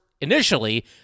initially